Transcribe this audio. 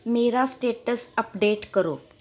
ਮੇਰਾ status update ਕਰੋ